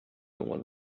one